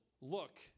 look